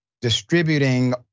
distributing